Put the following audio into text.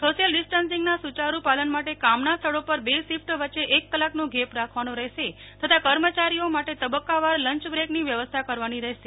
social ડીસ્ટંન્સીંગના સુચારૃ પાલન માટે કામના સ્થળો પર બે શીફટ વચ્ચે એક કલાકનો ગેપ રાખવાનો રહેશે તથા કર્મચારીશ્રીઓ માટે તબક્કાવાર લંચ બ્રેકની વ્યવસ્થા કરવાની રહેશે